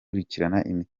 imiterere